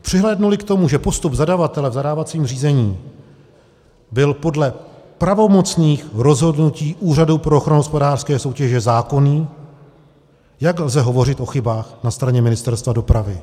Přihlédnuli k tomu, že postup zadavatele v zadávacím řízení byl podle pravomocných rozhodnutí Úřadu pro ochranu hospodářské soutěže zákonný, jak lze hovořit o chybách na straně Ministerstva dopravy?